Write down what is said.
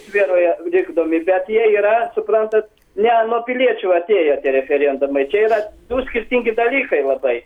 sferoje vykdomi bet jie yra suprantat ne nuo piliečių atėjo tie referendumai čia yra du skirtingi dalykai labai